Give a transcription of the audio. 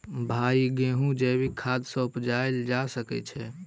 भाई गेंहूँ जैविक खाद सँ उपजाल जा सकै छैय?